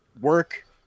work